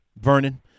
Vernon